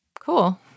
Cool